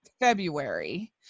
february